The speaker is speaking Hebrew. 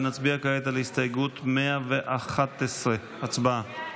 נצביע כעת על הסתייגות 111. הצבעה.